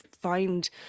find